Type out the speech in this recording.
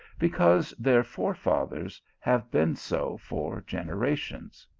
because their forefathers have been so for gen erations.